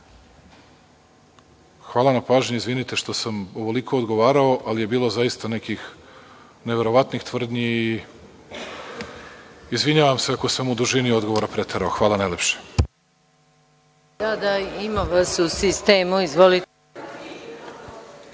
narod. Hvala na pažnji. Izvinite što sam ovoliko odgovarao, ali je bilo zaista nekih neverovatnih tvrdnji. Izvinjavam se ako sam u dužini odgovora preterao. Hvala najlepše.(Boško